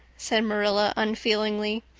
said marilla unfeelingly.